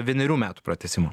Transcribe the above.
vienerių metų pratęsimo